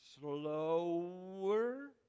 Slower